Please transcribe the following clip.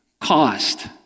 cost